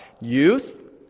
Youth